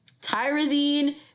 tyrosine